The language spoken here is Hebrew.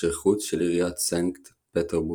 לקשרי חוץ של עיריית סנקט פטרבורג.